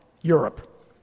Europe